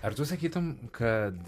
ar tu sakytum kad